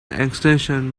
extension